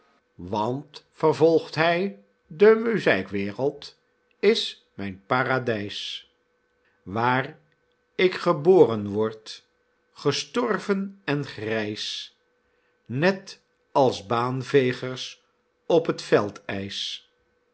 want vervolgt hy de muzijkwareld is mijn paradijs waar ik geboren word gestorven en grijs net als baanvegers op t